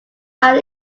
island